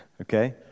Okay